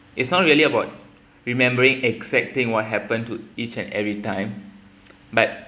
it's not really about remembering exact things what happened to each and every time but